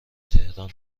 تهران